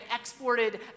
exported